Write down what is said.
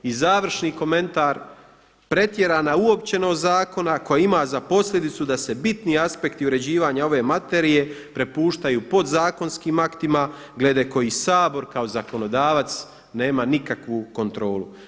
I završni komentar, pretjerana uopćenost zakona koja ima za posljedicu da se bitni aspekti uređivanja ove materije prepuštaju podzakonskim aktima glede kojih Sabor kao zakonodavac nema nikakvu kontrolu.